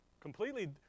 Completely